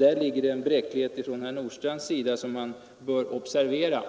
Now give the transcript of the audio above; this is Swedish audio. Här ligger en bräcklighet som herr Nordstrandh bör observera.